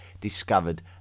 discovered